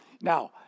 now